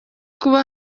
kuba